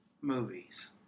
movies